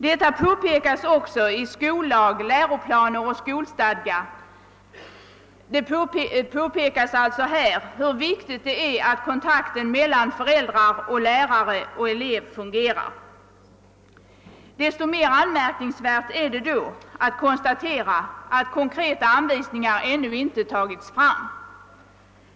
Det påpekas också i skollag, läroplaner och skolstadga hur viktigt det är att kontakten mellan föräldrar, lärare och elev fungerar. Desto mer anmärkningsvärt är det då att kon statera att konkreta anvisningar ännu inte har utfärdats.